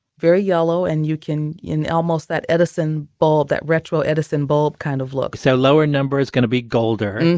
very yellow and you can in almost that edison bulb, that retro edison bulb kind of look so lower number's going to be golder.